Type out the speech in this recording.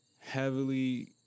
heavily